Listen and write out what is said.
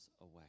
away